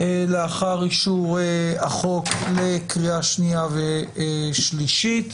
לאחר אישור החוק לקריאה שנייה ושלישית.